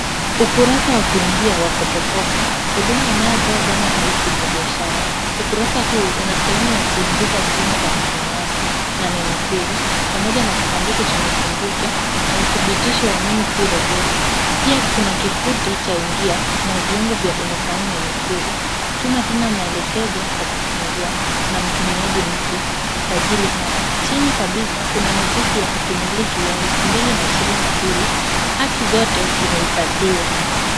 Ukurasa wa kuingia wa Kopo Kopo. Huduma inayotoa dhana rahisi kwa biashara. Ukurasa huu una sehemu ya kuingiza jina la mtumiaji na neno siri pamoja na kisanduku cha nikumbuke na udhibitisho wa mimi si roboti. Pia kuna kifute cha ingia na viungo vya umesahau neno siri, tuma tena maelekezo ya kufungua na mtumiaji mpya, jisajili hapa. Chini kabisa kuna notisi ya haki miliki ya elfu mbili ishirini na mbili, haki zote zimehifadhiwa.